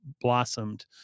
blossomed